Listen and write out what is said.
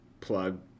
plug